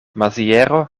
maziero